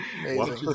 amazing